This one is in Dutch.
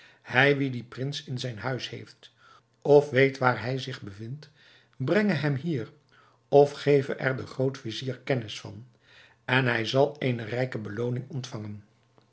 hij wie dien prins in zijn huis heeft of weet waar hij zich bevindt brenge hem hier of geve er den groot-vizier kennis van en hij zal eene rijke belooning ontvangen